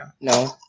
No